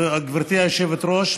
גברתי היושבת-ראש,